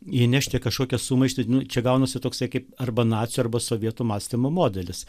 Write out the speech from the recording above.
įnešti kažkokią sumaištį nu čia gaunasi toksai kaip arba nacių arba sovietų mąstymo modelis